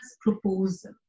proposal